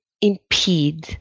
impede